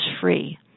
free